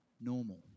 normal